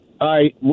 Hi